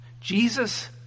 Jesus